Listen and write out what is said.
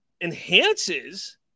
enhances